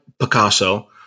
Picasso